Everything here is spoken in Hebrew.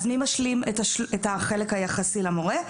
אז מי משלים את החלק היחסי למורה?